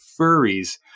furries